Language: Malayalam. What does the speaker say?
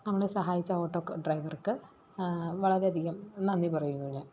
നമ്മളെ സഹായിച്ച ഓട്ടോ ഡ്രൈവർക്ക് വളരെയധികം നന്ദി പറയുന്നു ഞാൻ